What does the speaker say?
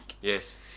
Yes